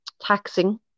taxing